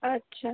আচ্ছা